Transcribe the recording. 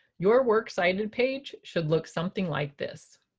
your works cited page should look something like this.